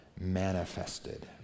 manifested